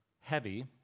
heavy